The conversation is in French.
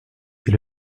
est